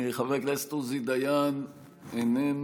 חבר הכנסת עוזי דיין, איננו.